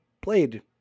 played